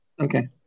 Okay